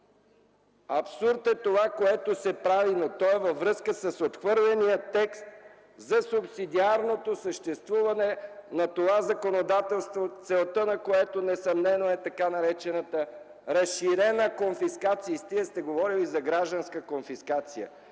Абсурд е това, което се прави. То е във връзка с отхвърления текст за субсидиарното съществуване на това законодателство, целта на което несъмнено е така наречената разширена конфискация. Стига сте говорили за гражданска конфискация.